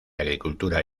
agricultura